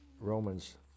Romans